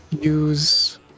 use